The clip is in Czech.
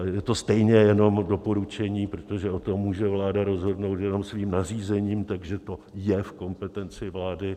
Je to stejně jenom doporučení, protože o tom může vláda rozhodnout jenom svým nařízením, takže to je v kompetenci vlády.